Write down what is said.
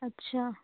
اچھا